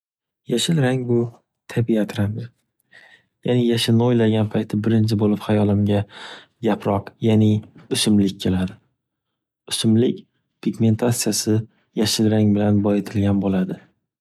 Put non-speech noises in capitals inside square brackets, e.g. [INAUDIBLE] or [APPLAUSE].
Yashil rang bu [NOISE] tabiat ramzi. [NOISE] Men yashilni o’ylagan paytimda birinchi bo‘lib hayolimga yaproq ya’ni o‘simlik keladi. [NOISE] O‘simlik pigmentatsiyasi yashil rang bilan boyitilgan bo‘ladi.